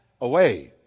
away